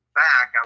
back